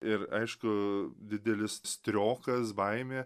ir aišku didelis striokas baimė